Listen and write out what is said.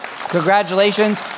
congratulations